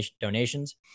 donations